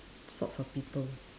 sorts of people